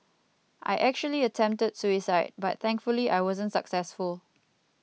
I actually attempted suicide but thankfully I wasn't successful